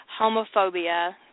homophobia